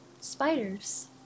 Spiders